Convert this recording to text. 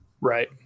right